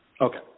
Okay